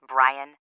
Brian